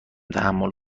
تحمل